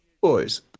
Boys